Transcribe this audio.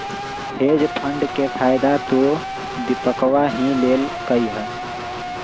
hedge fund के फायदा तो दीपकवा ही लेल कई है